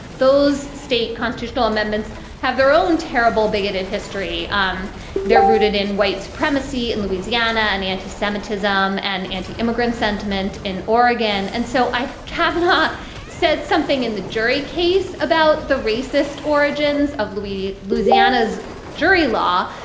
those state constitutional amendments have their own terrible, bigoted history. um they're rooted in white supremacy in louisiana. and anti-semitism and anti-immigrant sentiment in oregon. and so i have cavenagh ah said something in the jury case about the racist origins of louis. louisiana's jury law.